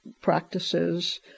practices